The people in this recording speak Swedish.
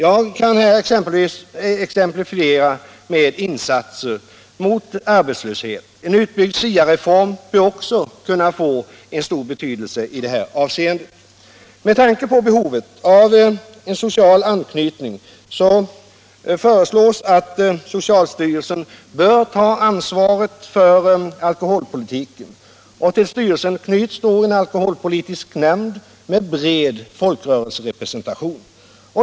Jag kan här exemplifiera med insatser mot arbetslöshet. En utbyggd SIA-reform bör också kunna få stor betydelse i detta avseende. Med tanke på behovet av en social anknytning föreslår jag att socialstyrelsen tar ansvar för alkoholpolitiken. Till styrelsen anser jag bör knytas en alkoholpolitisk nämnd med bred folkrörelserepresentation.